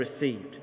received